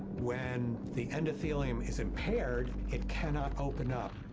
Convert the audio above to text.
when the endothelium is impaired, it cannot open up.